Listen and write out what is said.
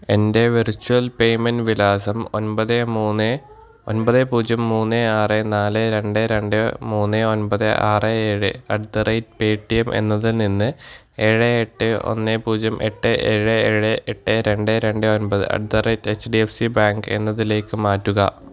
എൻ്റെ virtual payment വിലാസം ഒൻപത് മൂന്ന് ഒൻപത് പൂജ്യം മൂന്ന് ആറ് നാല് രണ്ട് രണ്ട് മൂന്ന് ഒൻപത് ആറ് ഏഴ് അറ്റ് ദ റേറ്റ് പേടിഎം എന്നതിൽ നിന്ന് ഏഴ് എട്ട് ഒന്ന് പൂജ്യം എട്ട് ഏഴ് ഏഴ് എട്ട് രണ്ട് രണ്ട് ഒൻപത് at the rate H D F C bank എന്നതിലേക്ക് മാറ്റുക